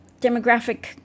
Demographic